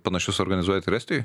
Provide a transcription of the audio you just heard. panašius organizuojat ir estijoj